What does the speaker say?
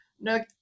no